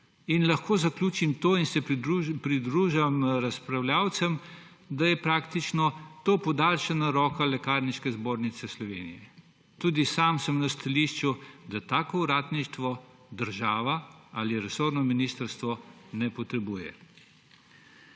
Lahko zaključim in se pridružujem razpravljavcem s tem, da je to praktično podaljšana roka Lekarniške zbornice Slovenije. Tudi sam sem na stališču, da takšnega uradništva država ali resorno ministrstvo ne potrebuje.